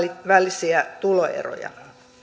välisiä tuloeroja